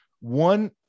one